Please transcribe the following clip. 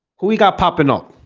who we got poppin off